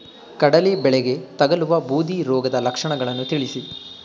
ಕಡಲೆ ಬೆಳೆಗೆ ತಗಲುವ ಬೂದಿ ರೋಗದ ಲಕ್ಷಣಗಳನ್ನು ತಿಳಿಸಿ?